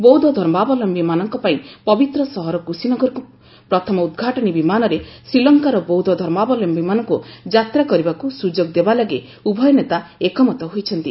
ବୌଦ୍ଧ ଧର୍ମାବଲମ୍ଭୀମାନଙ୍କ ପାଇଁ ପବିତ୍ର ସହର କୁଶିନଗରକୁ ପ୍ରଥମ ଉଦ୍ଘାଟନୀ ବିମାନରେ ଶ୍ରୀଲଙ୍କାର ବୌଦ୍ଧ ଧର୍ମାବଲମ୍ଭୀମାନଙ୍କୁ ଯାତ୍ରା କରିବାକୁ ସୁଯୋଗ ଦେବା ଲାଗି ଉଭୟ ନେତା ଏକମତ ହୋଇଛନ୍ତି